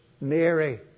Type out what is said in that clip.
Mary